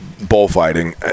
bullfighting